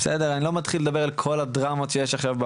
אני לא מתחיל לדבר על כל הדרמות שיש עכשיו,